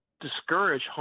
discourage